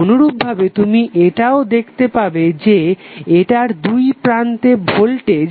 অনুরূপভাবে তুমি এটাও দেখতে পাবে যে এটার দুইপ্রান্তে ভোল্টেজ